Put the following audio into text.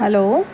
hello